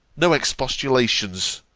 no expostulations!